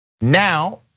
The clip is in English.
Now